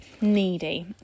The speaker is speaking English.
needy